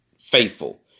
Faithful